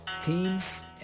teams